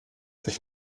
sich